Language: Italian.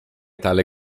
tale